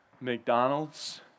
McDonald's